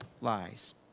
lies